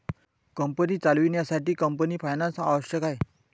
company चालवण्यासाठी company finance आवश्यक आहे